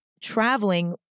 traveling